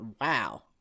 Wow